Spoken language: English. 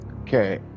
Okay